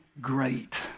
great